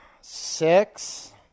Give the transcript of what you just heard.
six